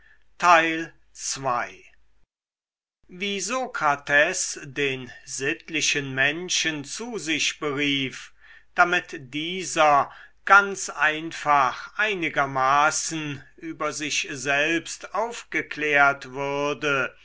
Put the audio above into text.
wie sokrates den sittlichen menschen zu sich berief damit dieser ganz einfach einigermaßen über sich selbst aufgeklärt würde